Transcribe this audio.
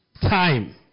time